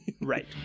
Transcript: Right